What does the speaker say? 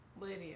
Lydia